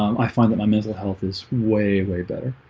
i find that my mental health is way way better